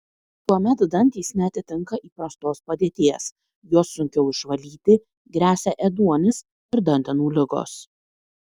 tuomet dantys neatitinka įprastos padėties juos sunkiau išvalyti gresia ėduonis ir dantenų ligos